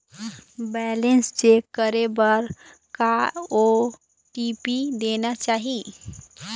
Balance check करे बर का ओ.टी.पी देना चाही?